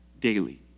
daily